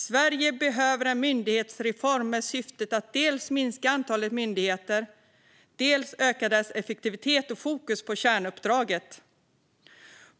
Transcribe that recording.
Sverige behöver en myndighetsreform med syfte att dels minska antalet myndigheter, dels öka deras effektivitet och fokus på kärnuppdraget.